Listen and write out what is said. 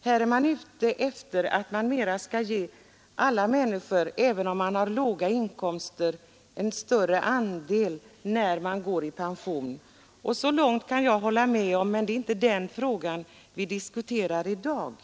Här är man ute efter att ge alla människor, även de som har låga inkomster, en större andel när de går i pension. Så långt kan jag hålla med henne, men det är inte den frågan vi skall diskutera i dag.